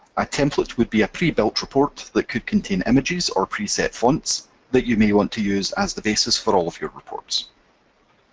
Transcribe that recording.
a template would be a pre-built report that could contain images or preset fonts that you may want to use as the basis for all of your